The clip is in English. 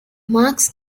marks